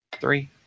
Three